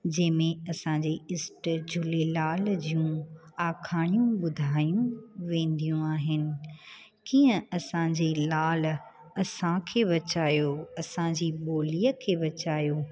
जंहिं में असांजे ईष्ट झूलेलाल जूं अखाणियूं ॿुधायूं वेंदियूं आहिनि कीअं असांजे लाल असांखे बचायो असांजी ॿोलीअ खे बचायो